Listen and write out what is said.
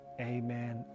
amen